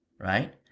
right